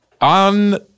On